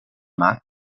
mark